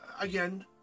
again